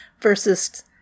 versus